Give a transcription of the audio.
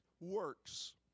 works